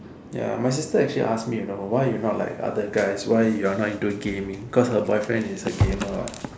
ya my sister actually ask me you know why you not like other guys why you're not into gaming cause her boyfriend is a gamer what